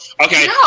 Okay